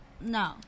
No